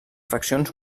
fraccions